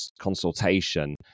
consultation